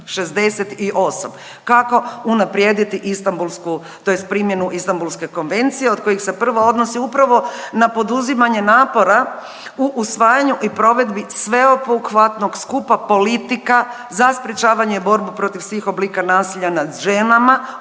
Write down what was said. Istanbulsku tj. primjenu Istanbulske konvencije od kojih se prva odnosi upravo na poduzimanje napora u usvajanju i provedbi sveobuhvatnog skupa politika za sprječavanje i borbu protiv svih oblika nasilja nad ženama